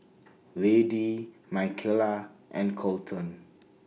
Lady Michaela and Kolton